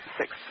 Six